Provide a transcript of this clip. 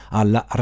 alla